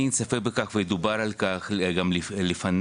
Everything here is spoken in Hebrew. אין ספק בכך ודובר על כך גם לפניי,